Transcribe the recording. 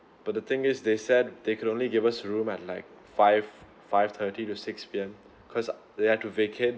but the thing is they said they can only give us the room at like five five thirty to six P_M because they had to vacate